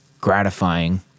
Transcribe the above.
gratifying